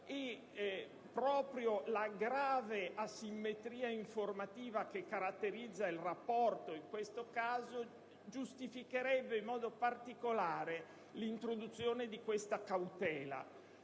cliente. La grave asimmetria informativa che caratterizza il rapporto in questo caso giustificherebbe in modo particolare l'introduzione di una forma